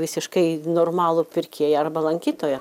visiškai normalų pirkėją arba lankytoją